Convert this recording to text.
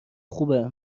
خوبه